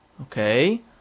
okay